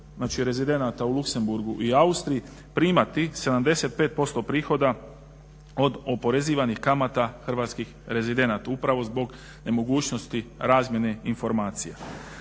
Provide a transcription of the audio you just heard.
znači rezidenata u Luksemburgu i Austriji primati 75% prihoda od oporezivanih kamata hrvatskih rezidenata upravo zbog nemogućnosti razmjene informacija.